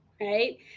right